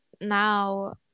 now